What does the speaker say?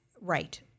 Right